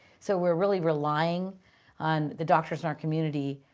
so we're really relying on the doctors in our community